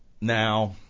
Now